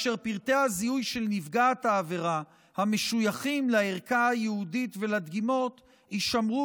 ופרטי הזיהוי של נפגעת העבירה המשויכים לערכה הייעודית ולדגימות יישמרו